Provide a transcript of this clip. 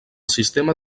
sistema